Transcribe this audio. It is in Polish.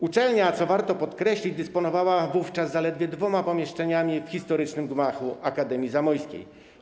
Uczelnia, co warto podkreślić, dysponowała wówczas zaledwie dwoma pomieszczeniami w historycznym gmachu Akademii Zamojskiej.